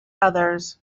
others